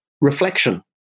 Reflection